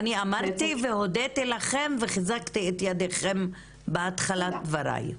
אני אמרתי והודיתי לכם וחיזקתי את ידיכם בהתחלת דבריי.